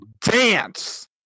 dance